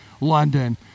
London